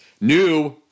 New